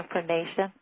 information